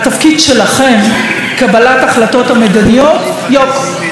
התפקיד שלכם, קבלת ההחלטות המדיניות, יוק.